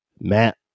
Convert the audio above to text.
Matt